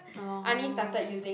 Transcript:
oh